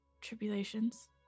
tribulations